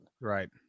Right